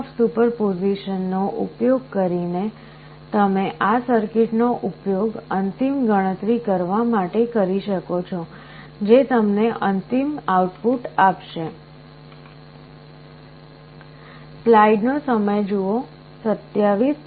Principle of superposition નો ઉપયોગ કરીને તમે આ સર્કિટનો ઉપયોગ અંતિમ ગણતરી કરવા માટે કરી શકો છો જે તમને અંતિમ આઉટપુટ આપશે